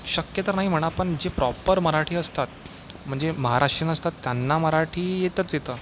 शक्य तर नाही म्हणा पण जे प्रॉपर मराठी असतात म्हणजे महाराष्ट्रीयन असतात त्यांना मराठी येतंच येतं